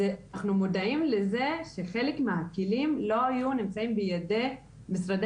אנחנו מודעים לזה שחלק מהכלים לא היו נמצאים בידי משרדי